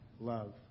love